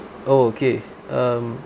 oh okay um